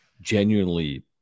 genuinely